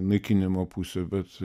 naikinimo pusė bet